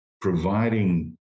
providing